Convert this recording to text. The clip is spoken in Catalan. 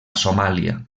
somàlia